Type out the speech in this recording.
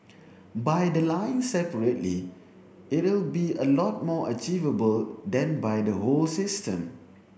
by the line separately it'll be a lot more achievable than by the whole system